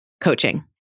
coaching